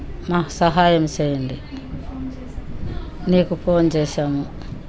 మాకు సహాయం చేయండి నీకు ఫోన్ చేశాము